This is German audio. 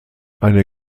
eine